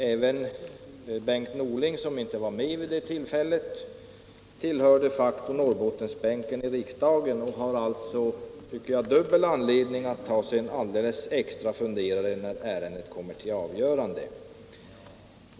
Även Bengt Norling, som inte var med vid det tillfället, tillhör de facto Norrbottensbänken i riksdagen och har alltså, tycker jag, dubbel anledning att ta sig en extra funderare när ärendet kommer upp till avgörande.